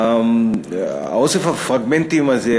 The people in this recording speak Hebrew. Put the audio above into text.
אוסף הפרגמנטים הזה,